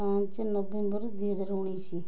ପାଞ୍ଚ ନଭେମ୍ବର ଦୁଇହଜାର ଉଣେଇଶି